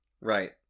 right